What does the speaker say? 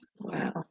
Wow